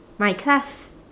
my class